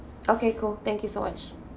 okay cool thank you so much